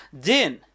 din